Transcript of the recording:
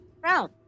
Brown